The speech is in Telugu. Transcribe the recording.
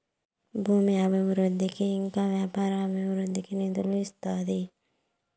భూమి అభివృద్ధికి ఇంకా వ్యాపార అభివృద్ధికి నిధులు ఇస్తాది